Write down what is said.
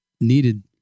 needed